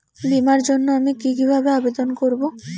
বিমার জন্য আমি কি কিভাবে আবেদন করব?